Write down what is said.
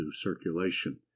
circulation